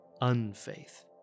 unfaith